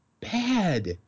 bad